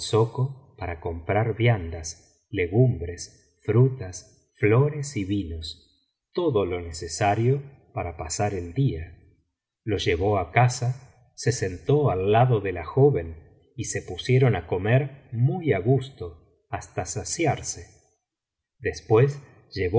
para comprar viandas legumbres frutas flores y vinos todo lo necesario para pasar el día lo llevó á casa se sentó al lado de la joven y se pusieron á comer muy á gusto hasta saciarse después llevó